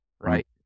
right